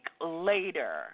later